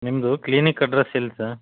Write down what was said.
ನಿಮ್ಮದು clinic address ಎಲ್ಲಿ sir